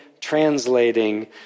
translating